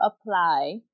apply